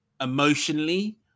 emotionally